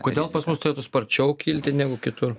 kodėl pas mus turėtų sparčiau kilti negu kitur